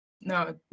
No